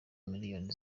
miliyoni